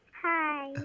Hi